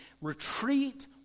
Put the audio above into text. Retreat